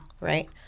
right